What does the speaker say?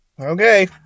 Okay